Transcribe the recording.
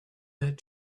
that